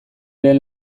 lehen